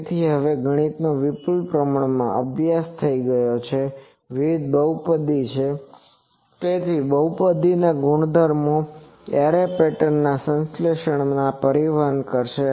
તેથી હવે ગણિતનો વિપુલ પ્રમાણમાં અભ્યાસ થઈ ગયો છે આ વિવિધ બહુપદી છે તેથી બહુપદી ગુણધર્મો એરે પેટર્ન ના સંશ્લેષણમાં પરિવહન કરશે